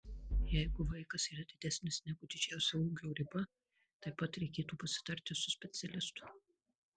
jeigu vaikas yra didesnis negu didžiausia ūgio riba taip pat reikėtų pasitarti su specialistu